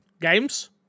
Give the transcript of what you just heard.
games